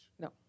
No